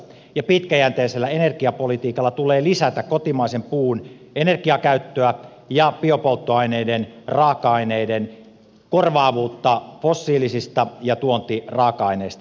pitkäjänteisellä energiapolitiikalla tulee lisätä kotimaisen puun energiakäyttöä ja biopolttoaineiden raaka aineiden korvaavuutta fossiilisista ja tuontiraaka aineista